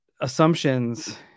assumptions